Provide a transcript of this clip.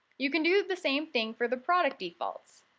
you can do the same thing for the product defaults.